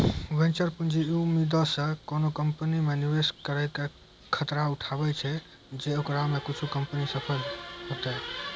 venture पूंजी इ उम्मीदो से कोनो कंपनी मे निवेश करै के खतरा उठाबै छै जे ओकरा मे कुछे कंपनी सफल होतै